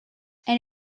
and